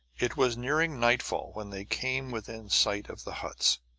it was nearing nightfall when they came within sight of the huts.